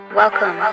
welcome